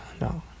no